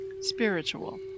Spiritual